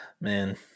man